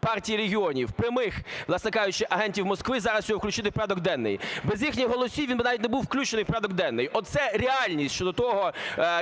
Партії регіонів, (прямих, власне кажучи, агентів Москви) зараз його включити в порядок денний? Без їхніх голосів він би навіть не був включений в порядок денний. Оце реальність щодо того,